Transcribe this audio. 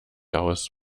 aus